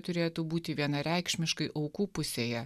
turėtų būti vienareikšmiškai aukų pusėje